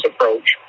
approach